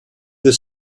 the